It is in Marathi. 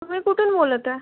तुमी कुठून बोलत आहे